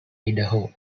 idaho